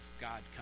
God